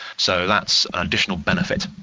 so that's an additional benefit.